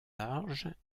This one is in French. larges